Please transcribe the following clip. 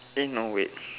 eh no wait